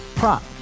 Prop